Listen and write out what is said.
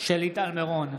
שלי טל מירון,